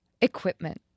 Equipment